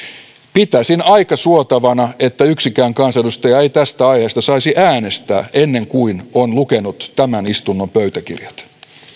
pitäisin aika suotavana että yksikään kansanedustaja ei tästä aiheesta saisi äänestää ennen kuin on lukenut tämän istunnon pöytäkirjat